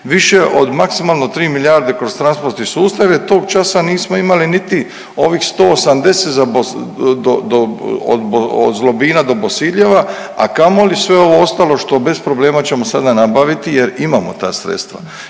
više od maksimalno tri milijarde kroz transportne sustave. Tog časa nismo imali niti ovih 180 od Zlobina do Bosiljeva, a kamoli sve ovo ostalo što bez problema ćemo sada nabaviti jer imamo ta sredstva,